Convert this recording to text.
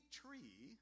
tree